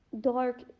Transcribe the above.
dark